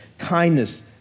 kindness